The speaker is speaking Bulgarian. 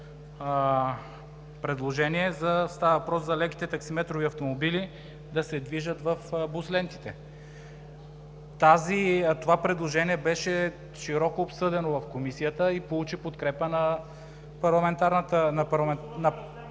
предложение. Става въпрос за леките таксиметрови автомобили да се движат в бус лентите. Това предложение беше широко обсъдено в Комисията и получи подкрепата на повечето народни